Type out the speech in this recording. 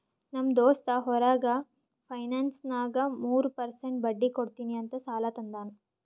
ನಮ್ ದೋಸ್ತ್ ಹೊರಗ ಫೈನಾನ್ಸ್ನಾಗ್ ಮೂರ್ ಪರ್ಸೆಂಟ್ ಬಡ್ಡಿ ಕೊಡ್ತೀನಿ ಅಂತ್ ಸಾಲಾ ತಂದಾನ್